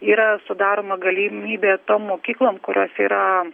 yra sudaroma galimybė tom mokyklom kurios yra